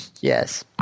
Yes